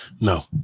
No